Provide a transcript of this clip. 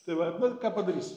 tai va bet ką padarysi